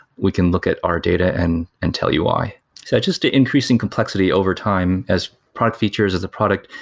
we can look at our data and and tell you why just the increasing complexity over time as product features as a product,